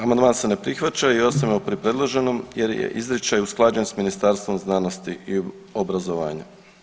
Amandman se ne prihvaća i ostajemo pri predloženom, jer je izričaj usklađen sa Ministarstvom znanosti i obrazovanja.